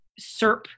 SERP